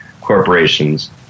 corporations